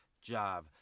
job